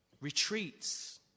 retreats